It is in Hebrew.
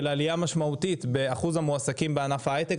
עלייה משמעותית באחוז המועסקים בענף ההייטק,